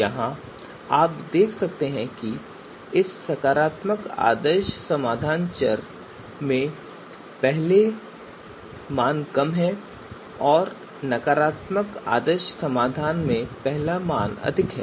यहां आप देख सकते हैं कि इस सकारात्मक आदर्श समाधान चर में पहला मान कम है और नकारात्मक आदर्श समाधान में पहला मान अधिक है